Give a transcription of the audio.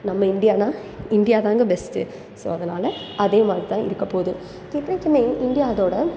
நம்ம இண்டியான்னா இந்தியா தான்ங்க பெஸ்ட்டு ஸோ அதனால் அதே மாதிரி தான் இருக்கப் போகுது என்றைக்குமே இந்தியா அதோடய